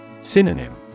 Synonym